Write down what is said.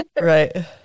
right